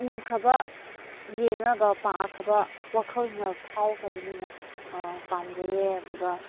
ꯎꯈ꯭ꯔꯕ ꯌꯦꯡꯂꯒ ꯄꯥꯈ꯭ꯔꯕ ꯋꯥꯈꯜꯅ ꯐꯥꯎꯈ꯭ꯔꯕꯅꯤꯅ ꯄꯥꯝꯖꯩꯌꯦ ꯑꯗꯨꯒ